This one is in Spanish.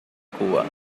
cuba